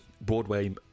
Broadway